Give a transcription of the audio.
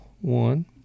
one